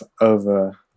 over